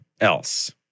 else